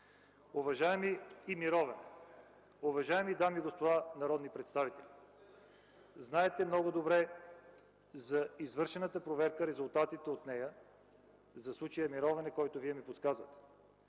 И Мировяне. Уважаеми дами и господа народни представители, знаете много добре за извършената проверка и за резултатите от нея по случая Мировяне, за който ми подсказахте.